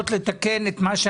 מי נגד?